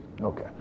Okay